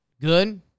Good